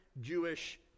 jewish